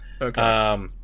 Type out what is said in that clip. Okay